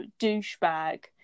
douchebag